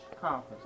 conference